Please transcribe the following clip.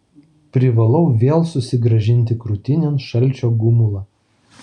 privalau vėl susigrąžinti krūtinėn šalčio gumulą